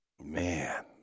Man